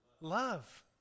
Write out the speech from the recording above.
love